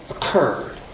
Occurred